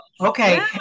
Okay